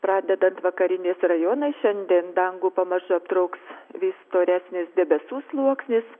pradedant vakariniais rajonais šiandien dangų pamažu aptrauks vis storesnis debesų sluoksnis